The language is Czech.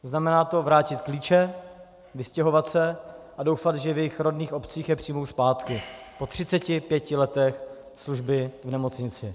Znamená to vrátit klíče, vystěhovat se a doufat, že v jejich rodných obcích je přijmou zpátky po 35 letech služby v nemocnici.